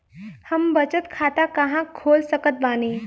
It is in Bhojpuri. हम बचत खाता कहां खोल सकत बानी?